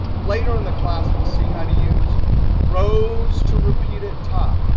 later in the class, we'll see how to use rows to repeat at top.